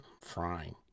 frying